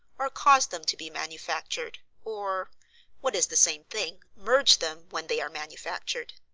or cause them to be manufactured, or what is the same thing merge them when they are manufactured.